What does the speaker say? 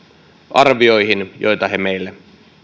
arvioihin joita he meille